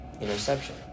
interception